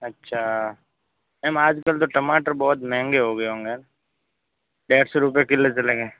अच्छा मेम आज कल तो टमाटर बहुत महंगे हो गए होंगे डेढ़ सौ रुपए किलो चले गए